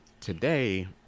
today